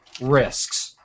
risks